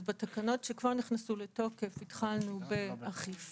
אז בתקנות שכבר נכנסו לתוקף התחלנו באכיפה